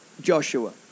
Joshua